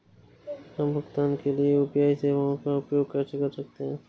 हम भुगतान के लिए यू.पी.आई सेवाओं का उपयोग कैसे कर सकते हैं?